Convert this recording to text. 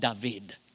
David